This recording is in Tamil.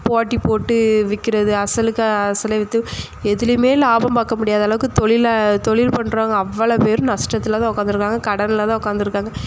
போட்டி போட்டு விற்கிறது அசலுக்காக அசலே விற்று எதுலையுமே லாபம் பார்க்க முடியாத அளவுக்கு தொழில தொழில் பண்ணுறவங்க அவ்வளோ பேரும் நஷ்டத்தில் தான் உட்காந்துருக்காங்க கடனில் தான் உட்காந்துருக்காங்க